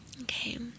okay